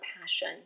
passion